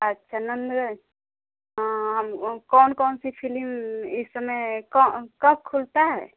अच्छा नंदगंज हाँ हम कौन कौन सी फिलिम इस समय कौ कब खुलता है